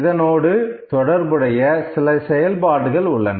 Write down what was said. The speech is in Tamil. இதனோடு தொடர்புடைய சில செயல்பாடுகள் உள்ளன